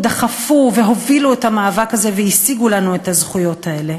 דחפו והובילו את המאבק הזה והשיגו לנו את הזכויות האלה.